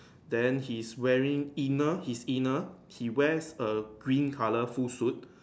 then his wearing inner his inner he wears a green colour full suit